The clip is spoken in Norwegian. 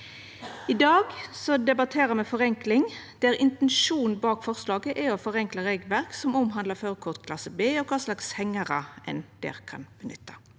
I dag debatterer me forenkling, der intensjonen bak forslaget er å forenkla regelverk som omhandlar førarkort klasse B og kva slags hengjarar ein der kan nytta.